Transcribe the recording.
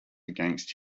against